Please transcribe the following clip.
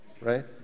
right